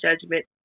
judgment